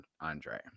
Andre